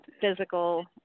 physical